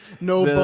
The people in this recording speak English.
No